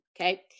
okay